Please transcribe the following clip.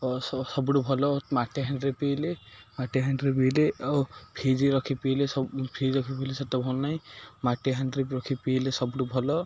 ଓ ସବୁଠୁ ଭଲ ମାଟିହାଣ୍ଡିରେ ପିଇଲେ ମାଟିହାଣ୍ଡିରେ ପିଇଲେ ଆଉ ଫ୍ରିଜ୍ ରଖି ପିଇଲେ ସବୁ ଫ୍ରିଜ୍ ରଖି ପିଇଲେ ସେତେ ଭଲ ନାହିଁ ମାଟିହାଣ୍ଡିରେ ରଖି ପିଇଲେ ସବୁଠୁ ଭଲ